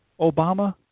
Obama